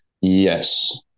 Yes